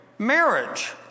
marriage